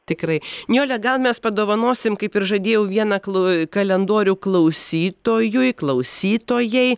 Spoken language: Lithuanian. tikrai nijole gal mes padovanosim kaip ir žadėjau vieną klu kalendorių klausytojui klausytojai